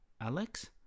Alex